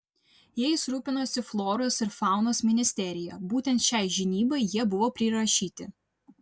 jais rūpinosi floros ir faunos ministerija būtent šiai žinybai jie buvo prirašyti